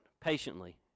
patiently